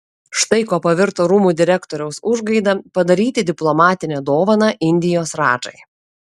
štai kuo pavirto rūmų direktoriaus užgaida padaryti diplomatinę dovaną indijos radžai